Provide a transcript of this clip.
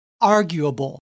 arguable